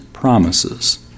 promises